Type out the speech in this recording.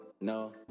no